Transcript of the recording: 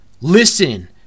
Listen